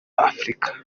afurika